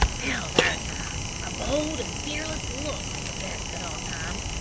now's our time. a bold and fearless look's the best at all times.